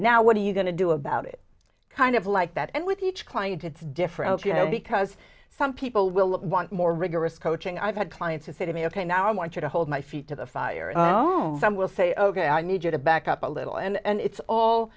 now what are you going to do about it kind of like that and with each client it's different you know because some people will want more rigorous coaching i've had clients who say to me ok now i want you to hold my feet to the fire zone some will say ok i need to back up a little and it's all